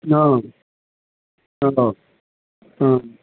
हाँ हाँ हाँ हाँ